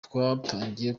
rwatangiye